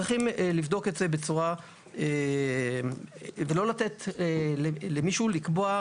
צריכים לבדוק את זה ולא לתת למישהו לקבוע,